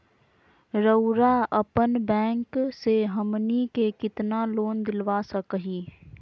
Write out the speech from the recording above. रउरा अपन बैंक से हमनी के कितना लोन दिला सकही?